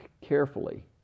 carefully